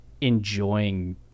enjoying